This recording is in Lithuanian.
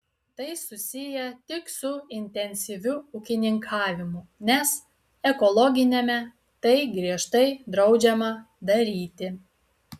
tai susiję tik su intensyviu ūkininkavimu nes ekologiniame tai griežtai draudžiama daryti